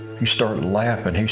he started laughing.